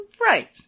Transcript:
Right